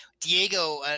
Diego